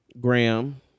Graham